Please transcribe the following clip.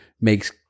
makes